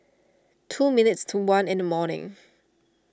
two minutes to one in the morning